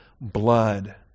blood